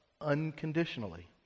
unconditionally